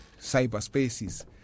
cyberspaces